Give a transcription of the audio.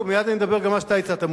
מייד אני אדבר גם על מה שאתה הצעת,